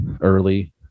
early